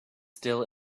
still